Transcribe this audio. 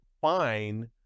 fine